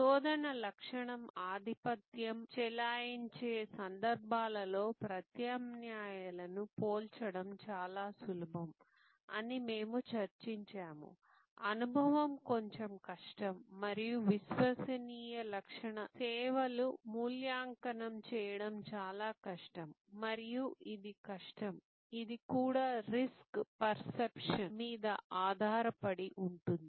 శోధన లక్షణం ఆధిపత్యం చెలాయించే సందర్భాలలో ప్రత్యామ్నాయాలను పోల్చడం చాలా సులభం అని మేము చర్చించాము అనుభవం కొంచెం కష్టం మరియు విశ్వసనీయ లక్షణ సేవలు మూల్యాంకనం చేయడం చాలా కష్టం మరియు ఇది కష్టం ఇది కూడా రిస్క్ పర్సెప్షన్ మీద ఆధారపడి ఉంటుంది